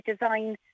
design